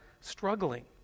struggling